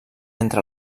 entre